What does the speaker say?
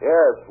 Yes